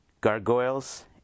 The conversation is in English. gargoyles